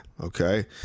okay